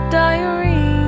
diary